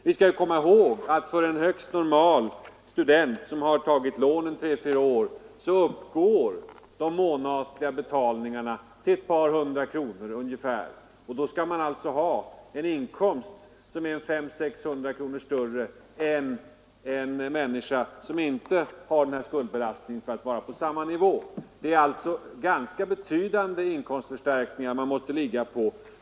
Vi skall komma ihåg att den månatliga återbetalningen för en student som har tagit lån tre till fyra år uppgår till ett par hundra kronor. För att kunna vara på samma nivå som de människor som inte har denna skuldbelastning måste denne student alltså tjäna 500-600 kronor mer än dessa i månaden.